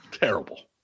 Terrible